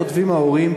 כותבים ההורים,